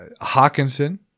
Hawkinson